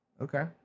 Okay